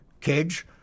Kids